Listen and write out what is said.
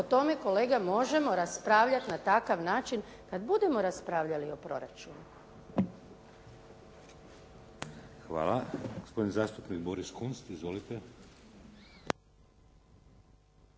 o tome kolega možemo raspravljati na takav način kada budemo raspravljali o proračunu. **Šeks, Vladimir (HDZ)** Hvala. Gospodin zastupnik Boris Kunst. Izvolite.